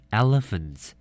elephants